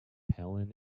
helen